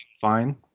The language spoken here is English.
Fine